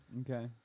Okay